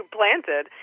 planted